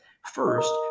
First